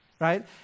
Right